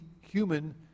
human